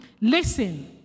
listen